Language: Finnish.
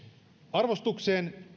arvostukseen